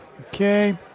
Okay